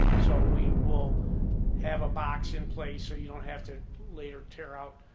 so we will have a box in place so you don't have to later tear out